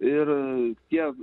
ir tie